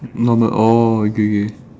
not not oh okay K